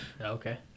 Okay